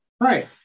Right